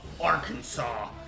Arkansas